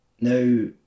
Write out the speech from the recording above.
Now